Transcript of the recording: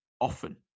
often